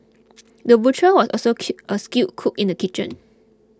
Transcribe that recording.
the butcher was also kill a skilled cook in the kitchen